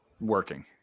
working